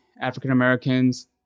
African-Americans